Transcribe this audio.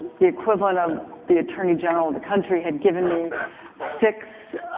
the equivalent of the attorney general of the country had given me six,